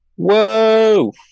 Whoa